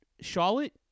Charlotte